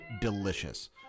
delicious